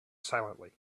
silently